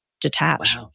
detach